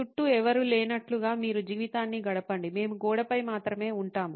చుట్టూ ఎవరూ లేనట్లుగా మీరు జీవితాన్ని గడపండి మేము గోడపై మాత్రమే ఉంటాము